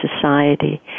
society